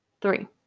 Three